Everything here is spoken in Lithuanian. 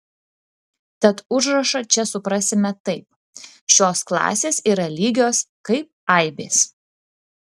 tad užrašą čia suprasime taip šios klasės yra lygios kaip aibės